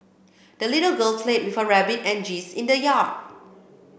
the little girl played with her rabbit and geese in the yard